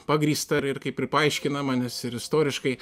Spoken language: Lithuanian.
pagrįsta ir kaip ir paaiškinama nes ir istoriškai